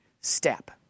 step